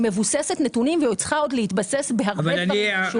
היא מבוססת נתונים והיא עוד צריכה להתבסס בהרבה דברים בשוק.